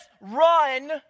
run